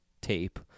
tape